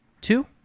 two